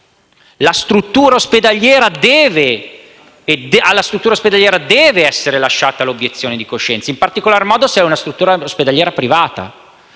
Alla struttura ospedaliera deve essere lasciata l'obiezione di coscienza, in particolare se si tratta di una struttura ospedaliera privata: